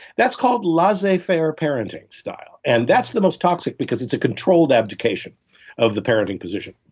that's called laissez faire parenting style. and that's the most toxic because it's a controlled abdication of the parenting position.